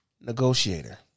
Negotiator